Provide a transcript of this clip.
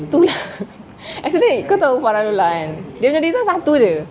tu lah actually kau tahu farah lola kan dia punya design satu jer